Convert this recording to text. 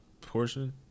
portion